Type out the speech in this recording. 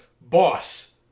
Boss